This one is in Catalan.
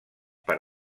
per